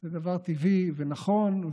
זה דבר טבעי ונכון,